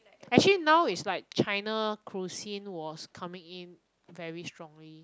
actually now is like china cuisine was coming in very strongly